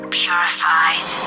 purified